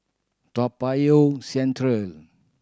Toa Payoh Central